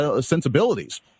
sensibilities